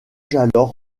alors